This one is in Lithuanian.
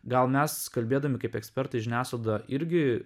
gal mes kalbėdami kaip ekspertai žiniasklaida irgi